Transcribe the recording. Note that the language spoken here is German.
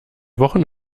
wochen